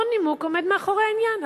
אותו נימוק עומד מאחורי העניין,